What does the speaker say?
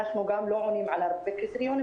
אנחנו גם לא עונים על הרבה קריטריונים,